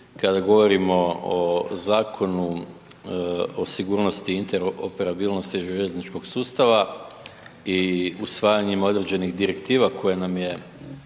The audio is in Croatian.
kada govorimo o Zakonu o sigurnosti i interoperabilnosti željezničkog sustava i usvajanjima određenih direktiva koje je